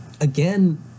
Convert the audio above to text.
again